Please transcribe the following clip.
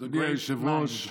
אדוני היושב-ראש,